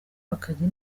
bakajya